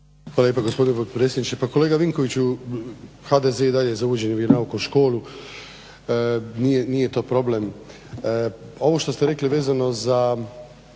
Hvala lijepa gospodine potpredsjedniče. Pa kolega Vinkoviću, HDZ je i dalje za uvođenje vjeronauka u školu, nije to problem. Ovo što ste rekli vezano za